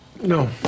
No